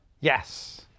Yes